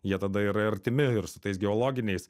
jie tada yra artimi ir su tais geologiniais